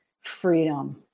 freedom